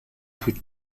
plus